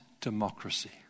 democracy